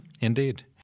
Indeed